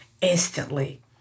instantly